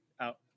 out